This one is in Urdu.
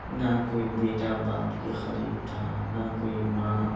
نہ کوئی بیٹا باپ کے قریب تھا نہ کوئی ماں